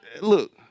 look